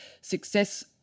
success